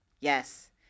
Yes